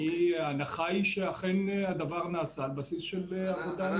ההנחה היא שאכן הדבר נעשה על בסיס של עבודה מקצועית.